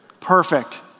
perfect